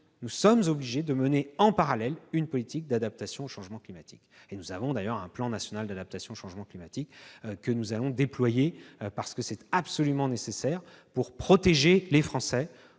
nous sommes obligés de mener une politique d'adaptation au changement climatique. Nous disposons d'ailleurs d'un plan national d'adaptation au changement climatique, que nous allons déployer. C'est absolument nécessaire pour protéger les Français